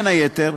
בין היתר,